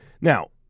Now